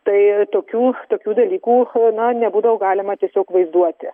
tai tokių tokių dalykų o na nebūdavo galima tiesiog vaizduoti